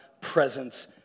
presence